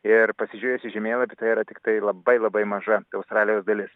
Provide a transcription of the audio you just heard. ir pasižiūrėjus į žemėlapį tai yra tiktai labai labai maža australijos dalis